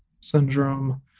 syndrome